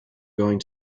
going